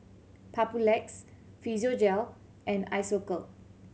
Papulex Physiogel and Isocal